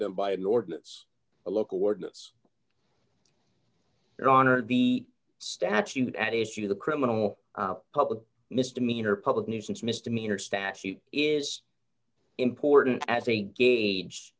them by an ordinance a local ordinance and honor the statute at issue the criminal public misdemeanor public nuisance misdemeanor statute is important as a gauge